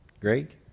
Greg